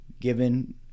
given